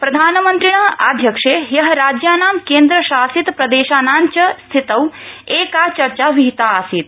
प्रधानमन्त्रिण आध्यक्ष्ये ह्य राज्यानां केन्द्रशासितप्रदेशानाब्व स्थितौ एका चर्चा विहितासीत्